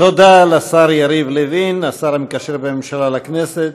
תודה לשר יריב לוין, השר המקשר בין הממשלה לכנסת,